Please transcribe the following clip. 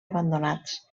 abandonats